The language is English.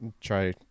try